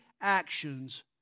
actions